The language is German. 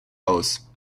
aus